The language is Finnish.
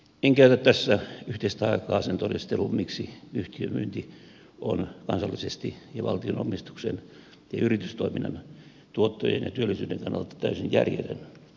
en käytä tässä yhteistä aikaa sen todisteluun miksi yhtiömyynti on kansallisesti ja valtionomistuksen ja yritystoiminnan tuottojen ja työllisyyden kannalta täysin järjetön